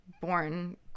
born